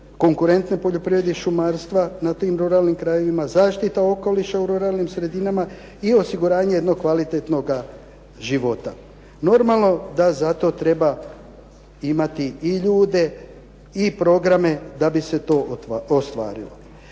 konkurentne poljoprivrede i šumarstva na tim ruralnim krajevima, zaštita okoliša u ruralnim sredinama i osiguranje jednog kvalitetnoga života. Normalno da za to treba imati i ljude i programe da bi se to ostvarilo.